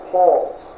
Paul's